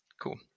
cool